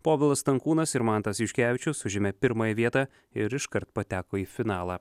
povilas stankūnas ir mantas juškevičius užėmė pirmąją vietą ir iškart pateko į finalą